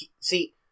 See